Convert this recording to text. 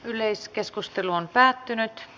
yleiskeskustelu päättyi